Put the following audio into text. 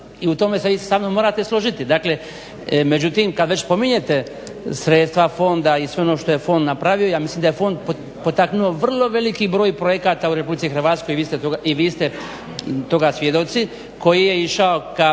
i u tome se isto sa mnom morate složiti, dakle međutim kad već spominjete sredstva fonda i sve ono što je fond napravio ja mislim da je fond potaknuo vrlo veliki broj projekata u Republici Hrvatskoj i vi ste toga svjedoci koji je išao ka